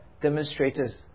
demonstrators